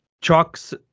chucks